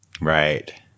Right